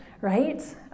right